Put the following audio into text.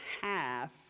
half